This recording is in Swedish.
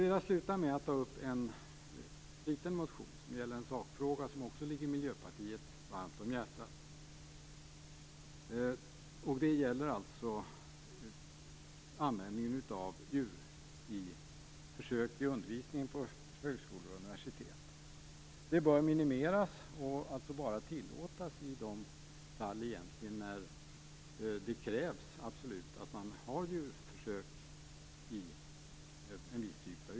Avslutningsvis vill jag ta upp en motion om en liten sakfråga som också ligger Miljöpartiet varmt om hjärtat. Det gäller alltså användningen av djurförsök i undervisningen vid högskolor och universitet. Dessa försök bör minimeras och bara tillåtas i vissa typer av yrkesutbildningar där det absolut krävs att man har djurförsök.